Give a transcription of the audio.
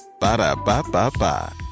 Ba-da-ba-ba-ba